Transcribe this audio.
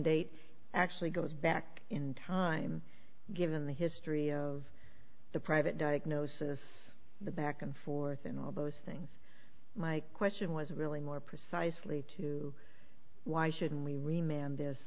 date actually goes back in time given the history of the private diagnosis the back and forth in all those things my question was really more precisely to why shouldn't we rem